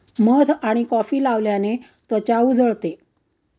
मध आणि कॉफी लावल्याने त्वचा उजळते